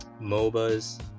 MOBAs